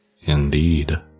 Indeed